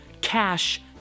cash